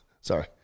sorry